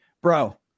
bro